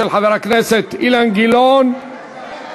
של חבר הכנסת אילן גילאון וקבוצת חברי הכנסת,